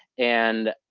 and,